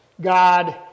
God